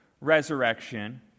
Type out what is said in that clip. resurrection